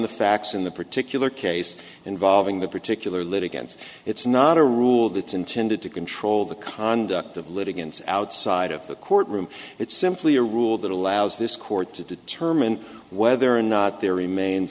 the facts in the particular case involving the particular litigants it's not a rule that's intended to control the conduct of litigants outside of the court room it's simply a rule that allows this court to determine whether or not there remains